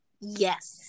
Yes